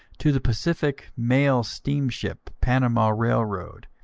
to the pacific mail steamship, panama railroad,